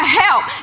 help